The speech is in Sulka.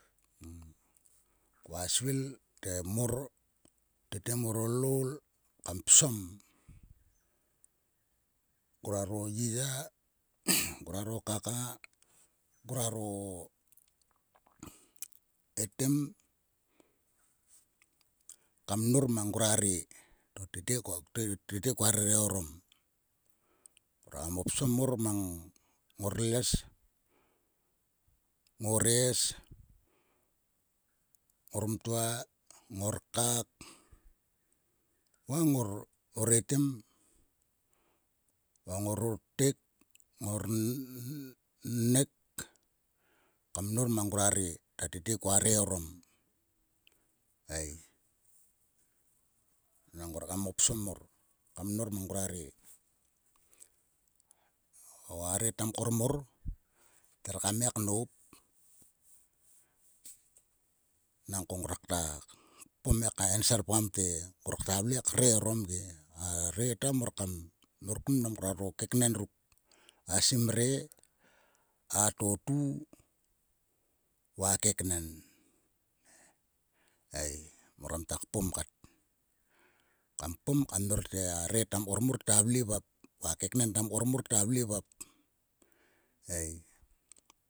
Koa svil ye mor tete mor loul kam psom ngroaro yiya. ngroaro etem kam mnor mang ngua re. To tete koa re orom. Ngrua mo psom mor mang ngor les. ngores. ngor mtua. ngor kak. ngor etem va ngor orpeik. ngor ornek kam mnor mang ngua re ta tete koa re orom ei. Nang mor kam mo psom mor kam mnor mang ngua re. O a re ta mkor mor. ta re kam ngai knop. Nangko nguruak ta kpom he kaenserpgam te ngror ktua vle kre orom ge. A re ta mor kam mor kun mang nguaro keknen ruk. a simre. a totu va a keknen ei. Mor kam kta kpom kat. Kam kpom kam mnor te a re ta mkor mor ta vle vop va a keknen ta vle vop ei.